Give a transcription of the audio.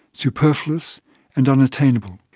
superfluous and unattainable.